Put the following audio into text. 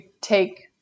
take